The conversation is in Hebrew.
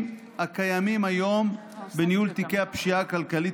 הקיימים היום בניהול תיקי הפשיעה הכלכלית,